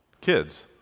kids